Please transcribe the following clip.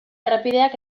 errepideak